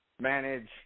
manage